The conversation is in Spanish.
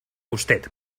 usted